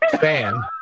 fan